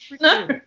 no